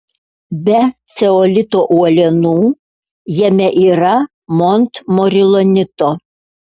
be ceolito uolienų jame yra montmorilonito